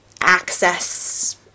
access